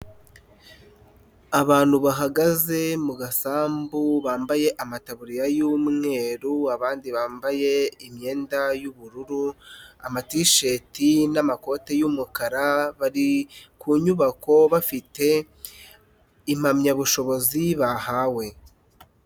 Abantu bahagaze mu gasambu bambaye amataburiya y'umweru abandi bambaye imyenda y'ubururu, amatisheti n'amakoti y'umukara, bari ku nyubako bafite impamyabushobozi bahawe.